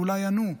ואולי ענו,